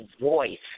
voice